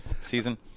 season